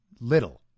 Little